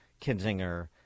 Kinzinger